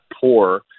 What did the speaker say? poor –